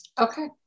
Okay